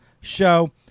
show